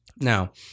Now